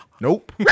Nope